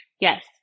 Yes